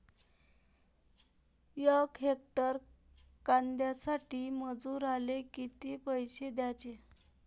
यक हेक्टर कांद्यासाठी मजूराले किती पैसे द्याचे?